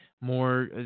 more